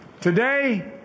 Today